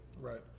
Right